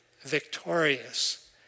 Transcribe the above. victorious